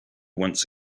once